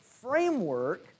framework